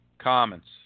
comments